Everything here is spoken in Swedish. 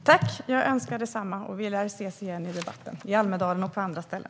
Herr talman! Jag önskar detsamma, och vi lär ses igen i debatten, i Almedalen och på andra ställen.